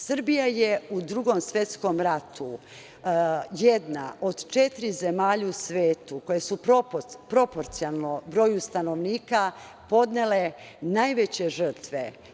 Srbija je u Drugom svetskom ratu jedna od četiri zemlje u svetu koje su proporcionalno broju stanovnika podnele najveće žrtve.